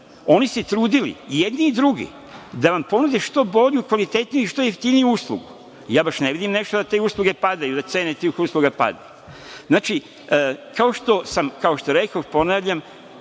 bi se oni trudili i jedni i drugi da vam ponude što bolju i kvalitetniju i jeftiniju uslugu, a ja baš ne vidim da te usluge padaju da cene tih usluga padaju. Znači, kao što rekoh, ponavljam,